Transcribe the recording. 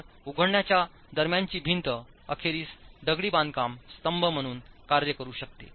तर उघडण्याच्या दरम्यानची भिंत अखेरीस दगडी बांधकाम स्तंभ म्हणून कार्य करू शकते